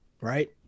right